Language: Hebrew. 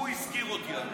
הוא הזכיר אותי.